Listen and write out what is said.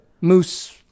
moose